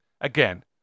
again